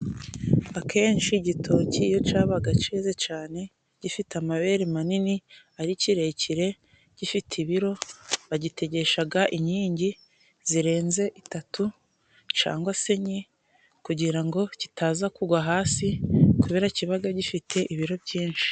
Akenshi igitoki iyo cabaga ceze cane gifite amabere manini ari kirekire, gifite ibiro, bagitegeshaga inkingi zirenze itatu cangwa se enye kugira ngo kitaza kugwa hasi kubera kibaga gifite ibiro byinshi.